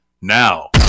now